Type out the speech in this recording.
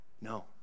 No